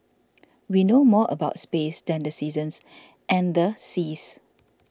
we know more about space than the seasons and the seas